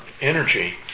energy